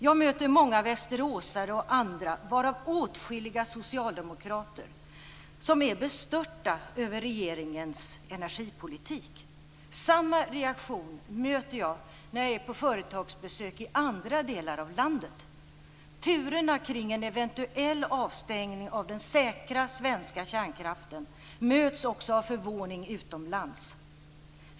Jag möter många västeråsare och andra, varav åtskilliga socialdemokrater, som är bestörta över regeringens energipolitik. Samma reaktion möter jag när jag är på företagsbesök i andra delar av landet. Turerna kring en eventuell avstängning av den säkra svenska kärnkraften möts också av förvåning utomlands.